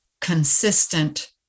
consistent